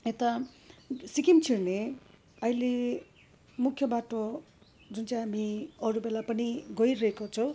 यता सिक्किम छिर्ने अहिले मुख्य बाटो जुन चाहिँ हामी अरू बेला पनि गइरहेको छौँ